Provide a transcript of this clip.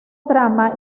trama